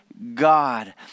God